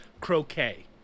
croquet